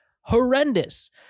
horrendous